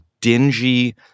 dingy